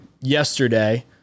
yesterday